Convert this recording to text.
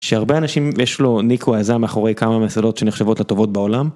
שהרבה אנשים יש לו ניקו עזה מאחורי כמה מסודות שנחשבות לטובות בעולם.